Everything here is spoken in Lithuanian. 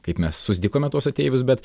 kaip mes susitikome tuos ateivius bet